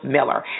Miller